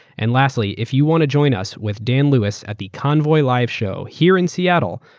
and lastly, if you want to join us with dan lewis at the convoy live show here in seattle,